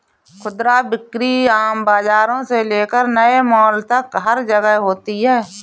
खुदरा बिक्री आम बाजारों से लेकर नए मॉल तक हर जगह होती है